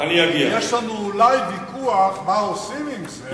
יש לנו אולי ויכוח מה עושים עם זה.